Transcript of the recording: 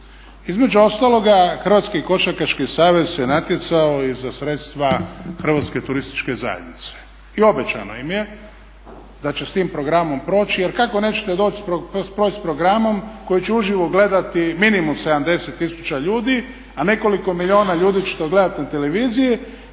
Između ostaloga Hrvatski košarkaški savez se natjecao i za sredstva Hrvatske turističke zajednice. I obećano im je da će s tim programom proći, jer kako nećete proći s programom koji će uživo gledati minimum 70000 ljudi, a nekoliko milijuna ljudi će to gledati na televiziji,